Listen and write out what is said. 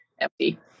empty